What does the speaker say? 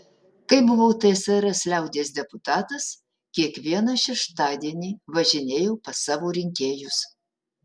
kai buvau tsrs liaudies deputatas kiekvieną šeštadienį važinėjau pas savo rinkėjus